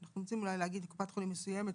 אנחנו רוצים אולי להגיד "קופת חולים מסוימת",